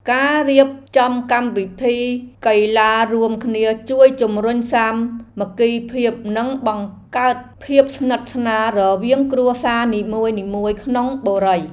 ការរៀបចំកម្មវិធីកីឡារួមគ្នាជួយជម្រុញសាមគ្គីភាពនិងបង្កើតភាពស្និទ្ធស្នាលរវាងគ្រួសារនីមួយៗក្នុងបុរី។